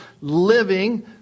living